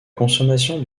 consommation